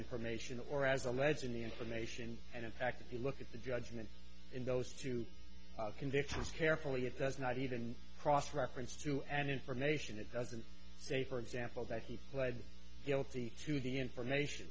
information or as alleged in the information and in fact if you look at the judgment in those two convictions carefully it does not even cross reference to and information it doesn't say for example that he pled guilty to the information